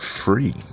free